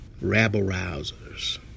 rabble-rousers